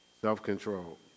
Self-control